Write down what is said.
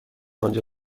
آنجا